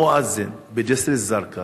המואזין בג'סר א-זרקא